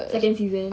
second season